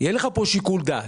יהיה לך פה שיקול דעת.